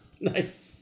Nice